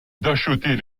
d’acheter